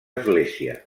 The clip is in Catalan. església